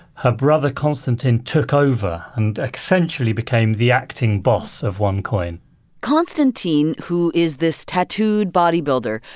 her brother konstantin took over and essentially became the acting boss of onecoin konstantin, who is this tattooed bodybuilder,